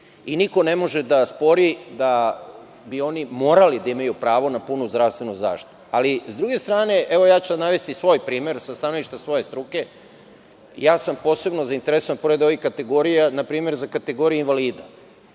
i niko ne može da spori da bi oni morali da imaju pravo na punu zdravstvenu zaštitu, ali s druge strane navešću svoj primer, sa stanovišta svoje struke, posebno sam zainteresovan, pored ovih kategorija, na primer za kategorije invalida. Po